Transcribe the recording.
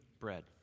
bread